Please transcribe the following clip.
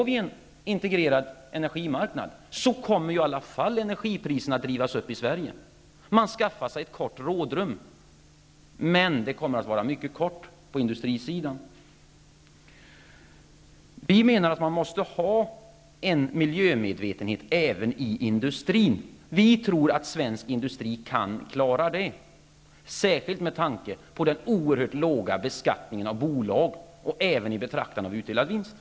Om vi får en integrerad energimarknad, kommer industripriserna ändå att drivas upp här i Sverige. Vad som sker är att man skaffar sig ett litet rådrum, men bara på mycket kort sikt, på industrisidan. Enligt vår mening måste det finnas en miljömedvetenhet även inom industrin. Vi tror att svensk industri klarar det kravet, särskilt med tanke på den oerhört låga beskattningen beträffande bolag och på utdelade vinster.